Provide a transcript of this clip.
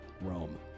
Rome